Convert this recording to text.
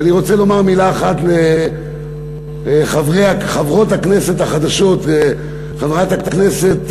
ואני רוצה לומר מילה אחת לחברות הכנסת החדשות וחברת הכנסת,